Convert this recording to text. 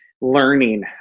learning